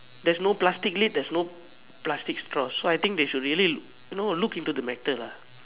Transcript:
there's no plastic lid there's no plastic straws so I think they should really know look into the matter lah